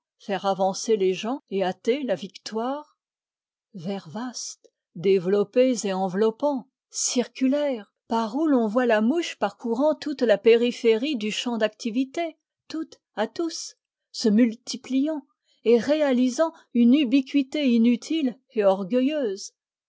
faire avancer les gens et hâter la victoire vers vastes développés et enveloppants circulaires par où l'on voit la mouche parcourant toute la périphérie du champ d'activité toute à tous se multipliant et réalisant une ubiquité inutile et orgueilleuse